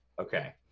Okay